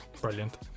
Brilliant